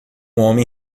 homem